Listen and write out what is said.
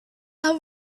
have